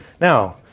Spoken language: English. Now